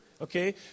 okay